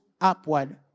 upward